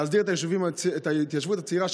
להסדיר את ההתיישבות הצעירה,